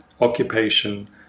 occupation